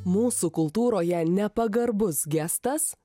mūsų kultūroje nepagarbus gestas